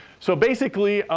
so, basically,